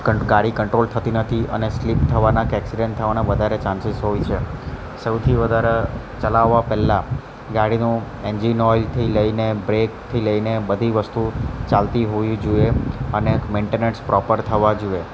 કં ગાડી કંટ્રોલ થતી નથી અને સ્લીપ થવાના કે એક્સીડન્ટ થવાના વધારે ચાન્સિસ હોય છે સૌથી વધારે ચલાવા પહેલાં ગાડીનું એન્જિન ઓઇલથી લઈને બ્રેકથી લઈને બધી વસ્તુ ચાલતી હોવી જોઈએ અને મેન્ટેનસ પ્રોપર થવા જોએ